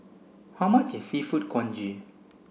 how much is seafood congee